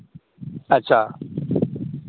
अच्छा